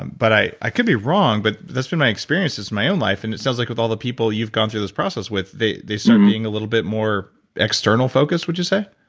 but i i could be wrong, but that's been my experiences in my own life, and it sounds like with all the people you've gone through this process with, they they start being a little bit more external focused, would you say?